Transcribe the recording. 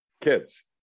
kids